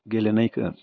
गेलेनायखौ